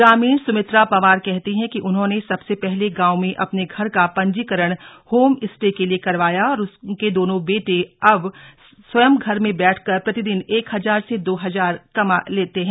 ग्रामीण सुमित्रा पंवार कहती हैं कि उन्होंने सबसे पहले गांव में अपने घर का पंजीकरण होम स्टे के लिए करवाया और उसके दोनों बेटे वह वह स्वयं घर में बैठकर प्रतिदिन एक हजार से दो हजार कमा लेती हैं